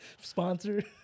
Sponsored